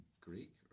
Greek